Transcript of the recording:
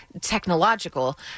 technological